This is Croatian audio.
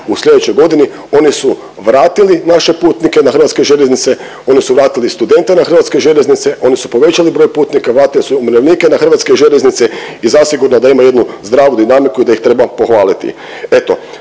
u slijedećoj godini. Oni su vratili naše putnike na hrvatske željeznice, oni su vratili studente na hrvatske željeznice, oni su povećali broj putnika, vratili su umirovljenike na hrvatske željeznice i zasigurno da ima jednu zdravu dinamiku i da ih treba pohvaliti.